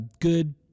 good